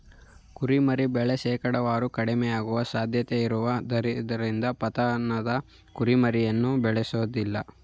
ಕುರಿಮರಿ ಬೆಳೆ ಶೇಕಡಾವಾರು ಕಡಿಮೆಯಾಗುವ ಸಾಧ್ಯತೆಯಿರುವುದರಿಂದ ಪತನದ ಕುರಿಮರಿಯನ್ನು ಬೇಳೆಸೋದಿಲ್ಲ